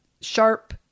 sharp